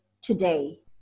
today